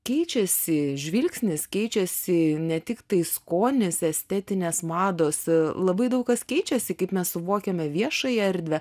keičiasi žvilgsnis keičiasi ne tiktai skonis estetinės mados labai daug kas keičiasi kaip mes suvokiame viešąją erdvę